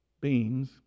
beans